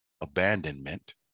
abandonment